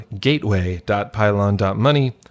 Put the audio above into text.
gateway.pylon.money